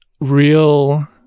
real